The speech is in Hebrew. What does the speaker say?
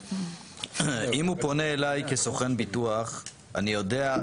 אם הוא פונה אליי כסוכן ביטוח אני יודע,